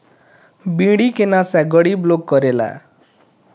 बीड़ी के नशा गरीब लोग करेला